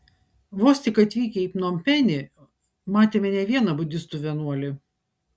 vos tik atvykę į pnompenį matėme ne vieną budistų vienuolį